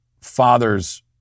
fathers